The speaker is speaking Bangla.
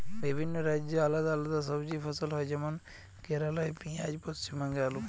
বিভিন্ন রাজ্যে আলদা আলদা সবজি ফসল হয় যেমন কেরালাই পিঁয়াজ, পশ্চিমবঙ্গে আলু